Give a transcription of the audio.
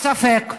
ספק.